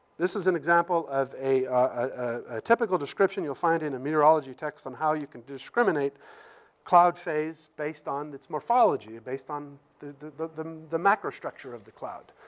this is an example of a a typical description you'll find in a meteorology text on how you can discriminate cloud phase based on its morphology, based on the the macrostructure of the cloud.